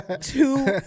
two